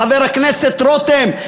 חבר הכנסת רותם,